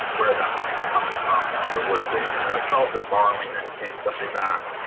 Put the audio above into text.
where that money's coming from, and whether we're saving it ourselves or borrowing and paying somebody back,